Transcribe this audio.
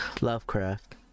Lovecraft